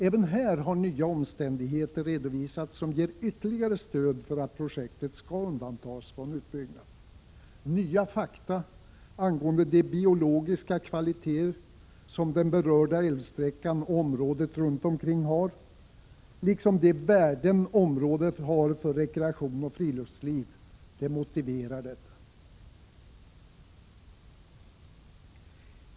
Även här har nya omständigheter redovisats som ger ytterligare stöd för att projektet skall undantas från utbyggnad. Nya fakta angående de biologiska kvaliteter som den berörda älvsträckan och området runt omkring har, liksom de värden området har för rekreation och friluftsliv, motiverar detta.